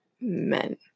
men